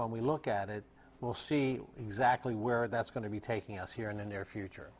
when we look at it we'll see exactly where that's going to be taking us here in the near future